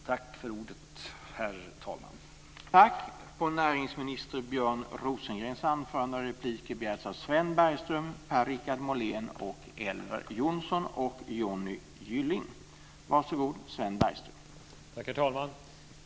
Tack för ordet, herr talman.